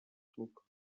услуг